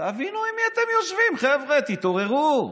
תבינו עם מי אתם יושבים, חבר'ה, תתעוררו.